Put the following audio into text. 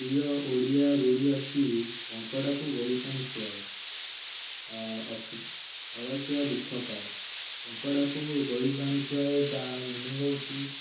ପ୍ରିୟ ଓଡ଼ିଆ ରୁଢ଼ି ଅଛି କଙ୍କଡ଼ାକୁ ଗୋଳିପାଣି ସୁହାଏ ଅଳସୁଆ ଦୁଃଖପାଏ କଙ୍କଡ଼ାକୁ ଗୋଳିପାଣି ସୁହାଏ ତା ମିନିଙ୍ଗ୍ ହେଉଛି